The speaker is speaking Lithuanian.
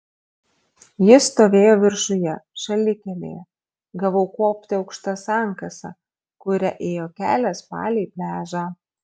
jis stovėjo viršuje šalikelėje gavau kopti aukšta sankasa kuria ėjo kelias palei pliažą